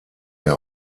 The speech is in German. der